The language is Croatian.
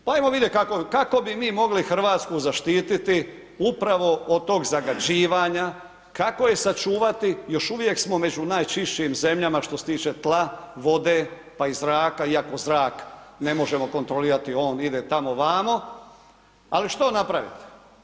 Pa ajmo vidjeti kako bi mi mogli Hrvatsku zaštititi upravo od tog zagađivanja, kako je sačuvati, još uvijek smo među najčišćim zemljama što se tiče tla, vode pa i zraka iako zrak ne možemo kontrolirati, on ide tamo-vamo ali što napraviti?